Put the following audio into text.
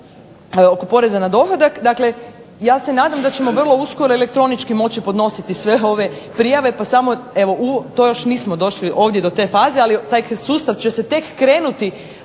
oko poreza na dohodak. Dakle, ja se nadam da ćemo vrlo uskoro elektronički moći ponositi sve ove prijave, pa još nismo došli do te faze ali taj sustav će tek krenuti